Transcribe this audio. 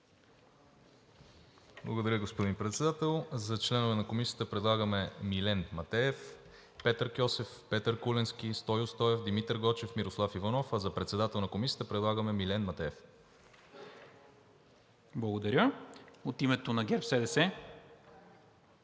Благодаря, господин Председател. За членове на Комисията предлагаме Милен Матеев, Петър Кьосев, Петър Куленски, Стою Стоев, Димитър Гочев, Мирослав Иванов, а за председател на Комисията предлагаме Милен Матеев. ПРЕДСЕДАТЕЛ НИКОЛА МИНЧЕВ: